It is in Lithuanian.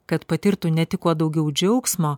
kad patirtų ne tik kuo daugiau džiaugsmo